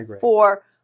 for-